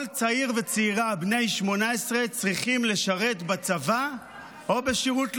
כל צעיר וצעירה בני 18 צריכים לשרת בצבא או בשירות לאומי.